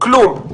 כלום,